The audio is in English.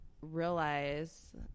realize